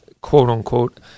quote-unquote